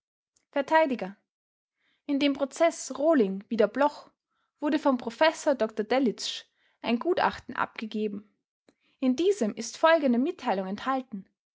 vert in dem prozeß rohling wider bloch wurde vom professor dr delitzsch ein gutachten abgegeben in diesem ist folgende mitteilung enthalten